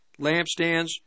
lampstands